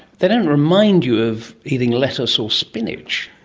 they don't remind you of eating lettuce or spinach.